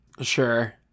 sure